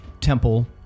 temple